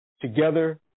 Together